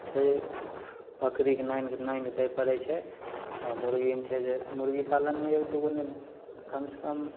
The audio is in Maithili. छै बकरी कऽ दै पड़ैत छै आ मुर्गीमे छै जे मुर्गीपालनमे एक दू गो नहि कमसँ कम